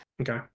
Okay